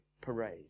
parade